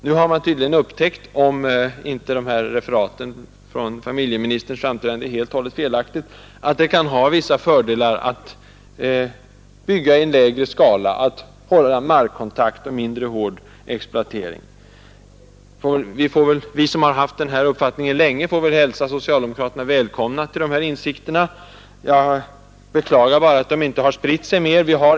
Nu har man tydligen upptäckt — om inte referaten från familjeministerns anförande är helt och hållet felaktiga — att det kan innebära vissa fördelar att bygga i lägre skala, att hålla markkontakt och exploatera marken mindre hårt. Vi som haft denna uppfattning länge får väl hälsa socialdemokraterna välkomna till dessa insikter. Jag beklagar bara att insikterna inte har spritt sig mer.